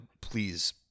please